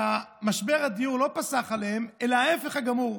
שמשבר הדיור לא פסח עליהם אלא ההפך הגמור,